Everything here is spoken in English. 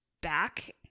back